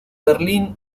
berlín